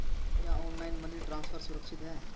क्या online money transfer सुरक्षित है?